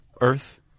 earth